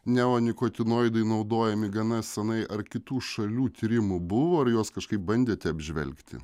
neonikotinoidai naudojami gana senai ar kitų šalių tyrimų buvo ar juos kažkaip bandėte apžvelgti